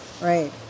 right